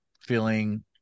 feeling